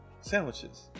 sandwiches